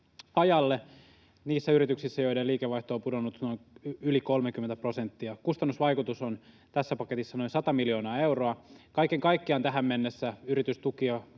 niissä yrityksissä, joiden liikevaihto on pudonnut yli 30 prosenttia. Kustannusvaikutus on tässä paketissa noin 100 miljoonaa euroa. Kaiken kaikkiaan tähän mennessä yritystukia